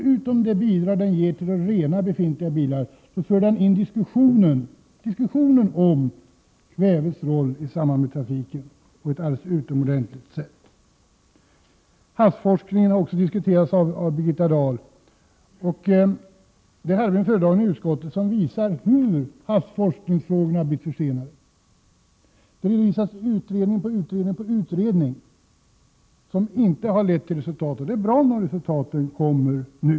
Förutom det konkreta bidraget till att rena avgaserna från befintliga bilar skulle en sådan här åtgärd på ett alldeles utomordentligt sätt föra in diskussionen på kvävets roll i samband med trafiken. Havsforskningen har också diskuterats av Birgitta Dahl. Vi hade en föredragning i utskottet om hur havsforskningsfrågorna blivit försenade. Detta visar utredning på utredning på utredning, som inte harlett till resultat. Det är bra om resultaten kommer nu.